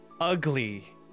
ugly